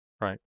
right